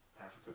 Africa